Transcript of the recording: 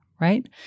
right